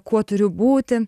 kuo turiu būti